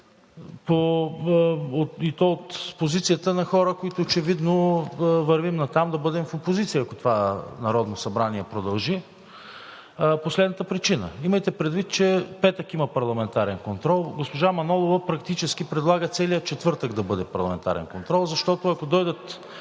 и то от позицията на хора, които очевидно вървим натам да бъдем в опозиция, ако това Народно събрание продължи, по следната причина. Имайте предвид, че в петък има парламентарен контрол. Госпожа Манолова практически предлага целият четвъртък да бъде парламентарен контрол, защото ако дойдат